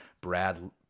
Brad